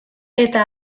eta